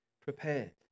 prepared